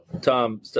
Tom